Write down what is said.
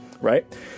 right